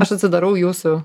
aš atsidarau jūsų